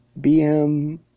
BM